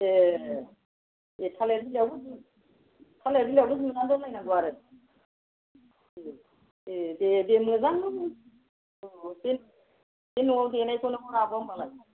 ए बे थालिर बिलाइयाव थालिर बिलाइआव होना दोनलायनांगौ आरो ए दे दे मोजां अ बे न'आव देनायखौनो हर आब' होनब्लालाय